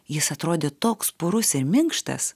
jis atrodė toks purus ir minkštas